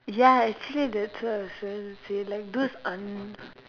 ya actually that's what I was going to say like those on